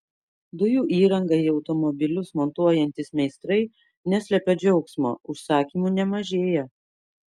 dujų įrangą į automobilius montuojantys meistrai neslepia džiaugsmo užsakymų nemažėja